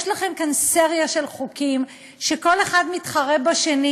יש לכם כאן סריה של חוקים שכל אחד מתחרה בשני.